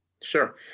Sure